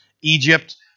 Egypt